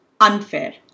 unfair